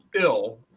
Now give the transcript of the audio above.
ill